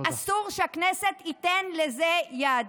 אסור שהכנסת תיתן לזה יד.